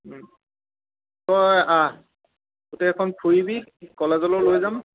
তই আহ গোটেই খন ফুৰিবি কলেজলৈ লৈ যাম